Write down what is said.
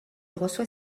reçoit